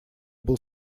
был